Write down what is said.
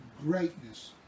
greatness